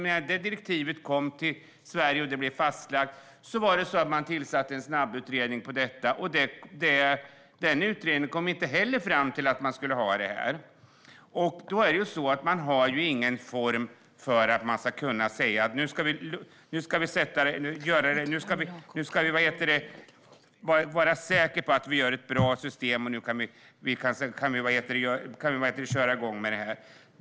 När det direktivet kom till Sverige och blev fastlagt tillsatte man en snabbutredning. Den utredningen kom inte heller fram till att man skulle ha det här. Man har ju inte kunnat få ett bra system att köra igång med.